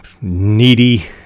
needy